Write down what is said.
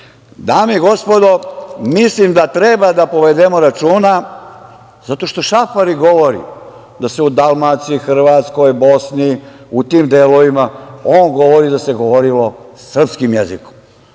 i gospodo, mislim da treba da povedemo računa zato što Šafarik govori da se u Dalmaciji, Hrvatskoj, Bosni, u tim delovima, on govori da se govorilo srpskim jezikom.